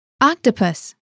Octopus